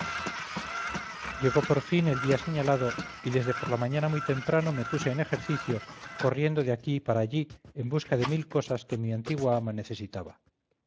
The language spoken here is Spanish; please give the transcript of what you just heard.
llegó por fin el día señalado y desde por la mañana muy temprano me puse en ejercicio corriendo de aquí para allí en busca de mil cosas que mi antigua ama necesitaba